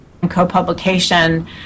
co-publication